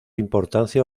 importancia